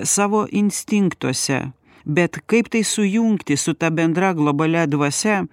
savo instinktuose bet kaip tai sujungti su ta bendra globalia dvasia